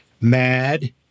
Mad